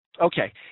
Okay